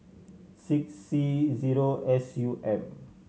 six C zero S U M